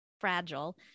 fragile